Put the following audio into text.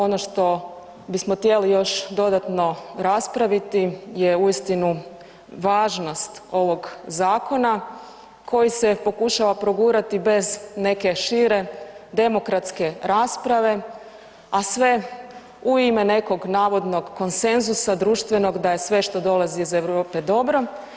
Ono što bismo htjeli još dodano raspraviti je uistinu važnost ovog zakona koji se pokušava progurati bez neke šire demokratske rasprave, a sve u ime nekog navodnog konsenzusa društvenog da je sve što dolazi iz Europe dobro.